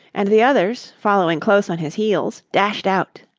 and the others, following close on his heels, dashed out.